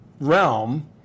realm